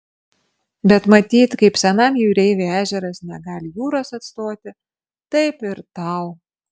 bet matyt kaip senam jūreiviui ežeras negali jūros atstoti taip ir tau